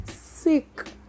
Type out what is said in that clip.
sick